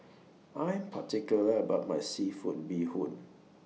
I'm particular about My Seafood Bee Hoon